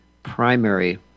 primary